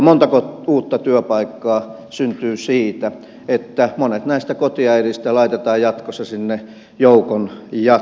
montako uutta työpaikkaa syntyy siitä että monet näistä kotiäideistä laitetaan jatkossa sinne joukon jatkoksi